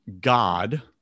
God